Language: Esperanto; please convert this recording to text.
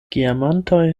geamantoj